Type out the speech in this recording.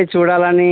అది